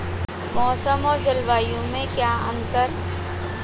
मौसम और जलवायु में क्या अंतर?